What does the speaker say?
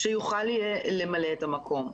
שיוכל למלא את המקום.